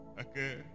Okay